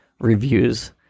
reviews